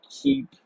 keep